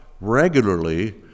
regularly